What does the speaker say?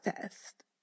test